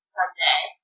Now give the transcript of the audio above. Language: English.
Sunday